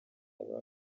aba